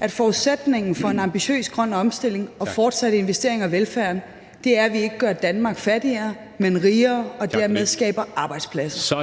at forudsætningen for en ambitiøs grøn omstilling og fortsatte investeringer i velfærden er, at vi ikke gør Danmark fattigere, men rigere og dermed skaber arbejdspladser.